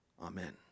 Amen